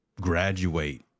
graduate